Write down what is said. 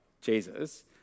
Jesus